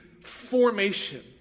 formation